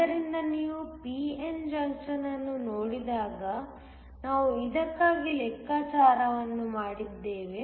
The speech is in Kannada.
ಆದ್ದರಿಂದ ನೀವು p n ಜಂಕ್ಷನ್ ಅನ್ನು ನೋಡಿದಾಗ ನಾವು ಇದಕ್ಕಾಗಿ ಲೆಕ್ಕಾಚಾರವನ್ನು ಮಾಡಿದ್ದೇವೆ